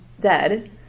dead